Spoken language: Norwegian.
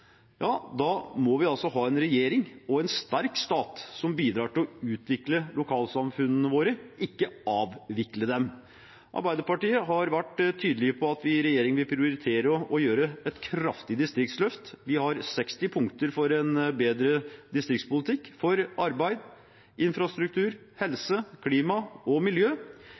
ja, da må vi altså ha en regjering og en sterk stat som bidrar til å utvikle lokalsamfunnene våre – ikke avvikle dem. Arbeiderpartiet har vært tydelig på at vi i regjering vil prioritere å gjøre et kraftig distriktsløft. Vi har 60 punkter for en bedre distriktspolitikk – for arbeid, infrastruktur, helse, klima og miljø.